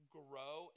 grow